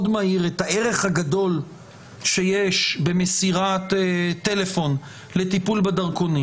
מהיר את הערך הגדול שיש במסירת טלפון לטיפול בדרכונים.